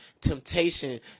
temptation